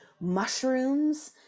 mushrooms